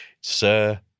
sir